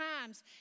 times